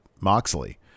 Moxley